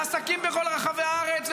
לעסקים בכל רחבי הארץ,